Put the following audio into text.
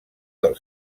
del